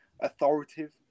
authoritative